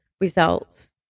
results